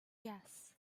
yes